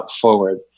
forward